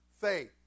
faith